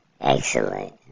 excellent